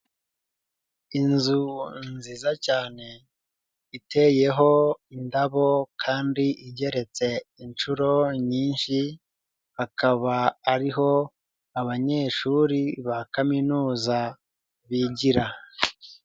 Inzu nziza cyane iteyeho indabo kandi igeretse inshuro nyinshi, akaba ari ho abanyeshuri ba kaminuza bigira.